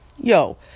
Yo